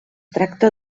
tracta